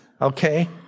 okay